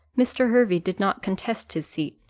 mr. hervey did not contest his seat,